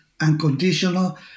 unconditional